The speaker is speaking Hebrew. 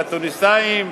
לתוניסאים,